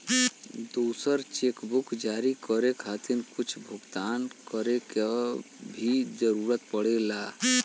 दूसर चेकबुक जारी करे खातिर कुछ भुगतान करे क भी जरुरत पड़ेला